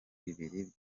bibiri